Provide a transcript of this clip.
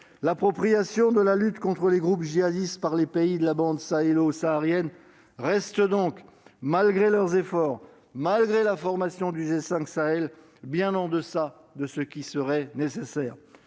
charge de la lutte contre les groupes djihadistes par les pays de la bande sahélo-saharienne reste, malgré les efforts de ces pays et la formation du G5 Sahel, bien en deçà de ce qui serait nécessaire.